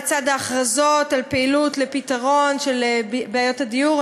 לצד ההכרזות על פעילות לפתרון של בעיות הדיור,